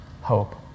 hope